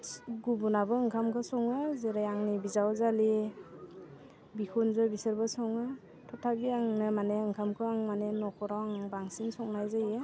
गुबुनाबो ओंखामखौ सङो जेरै आंनि बिजावजालि बिखुनजो बिसोरबो सङो थेवब्लाबो आंनो माने ओंखामखौ आं माने न'खराव आं बांसिन संनाय जायो